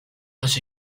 los